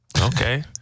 Okay